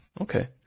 Okay